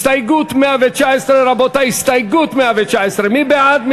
הסתייגות 119. רבותי, הסתייגות 119, מי בעד?